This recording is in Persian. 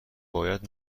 باید